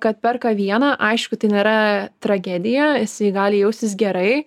kad perka vieną aišku tai nėra tragedija jisai gali jaustis gerai